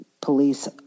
police